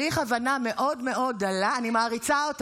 מה לך ולחרדים?